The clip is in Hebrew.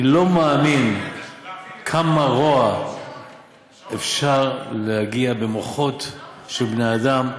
אני לא מאמין לכמה רוע אפשר להגיע במוחות של בני-אדם.